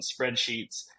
spreadsheets